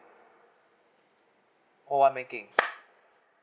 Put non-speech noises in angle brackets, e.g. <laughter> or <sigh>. call one banking <noise>